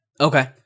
Okay